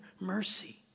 mercy